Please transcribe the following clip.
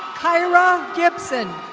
kayra gibson.